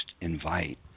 invite